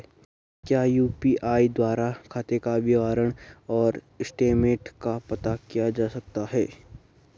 क्या यु.पी.आई द्वारा खाते का विवरण और स्टेटमेंट का पता किया जा सकता है?